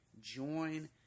join